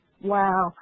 Wow